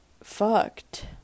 fucked